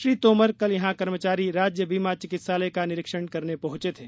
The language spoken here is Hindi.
श्री तोमर कल यहां कर्मचारी राज्य बीमा चिकित्सालय का निरीक्षण करने पहॅचे थे